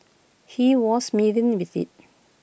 he was smitten with IT